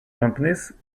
companies